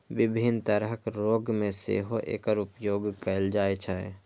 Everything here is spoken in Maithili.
विभिन्न तरहक रोग मे सेहो एकर उपयोग कैल जाइ छै